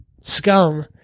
scum